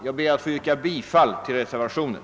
Jag ber att få yrka bifall till reservationen.